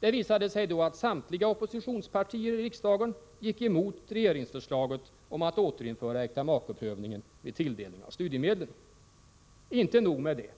Det visade sig då att samtliga oppositionspartier i riksdagen gick emot regeringsförslaget om att återinföra äktamakeprövningen vid tilldelning av studiemedlen. Inte nog med det.